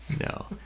No